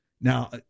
Now